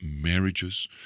marriages